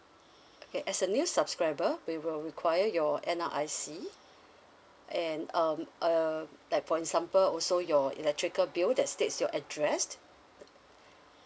okay as a new subscriber we will require your N_R_I_C and um uh like for example also your electrical bill that states your address